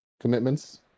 commitments